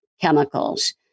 chemicals